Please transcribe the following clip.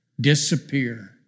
disappear